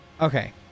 Okay